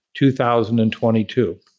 2022